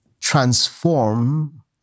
transform